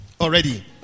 already